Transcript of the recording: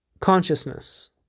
consciousness